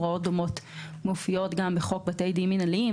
הוראות דומות מופיעות גם בחוק בתי דין מינהליים,